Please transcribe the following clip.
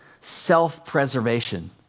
self-preservation